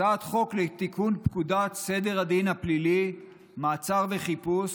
הצעת חוק לתיקון פקודת סדר הדין הפלילי (מעצר וחיפוש)